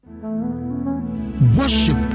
Worship